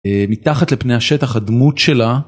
מתחת לפני השטח הדמות שלה.